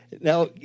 Now